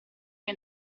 che